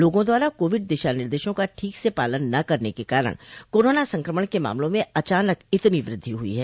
लोगों द्वारा कोविड दिशा निदेशों का ठीक से पालन न करने के कारण कोरोना संक्रमण के मामलों में अचानक इतनी वृद्धि हुई है